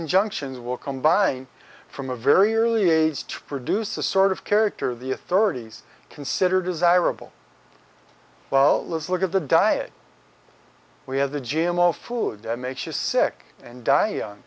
injunctions will combine from a very early age to produce the sort of character the authorities consider desirable well let's look at the diet we have the g m o food makes the sick and d